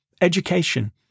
education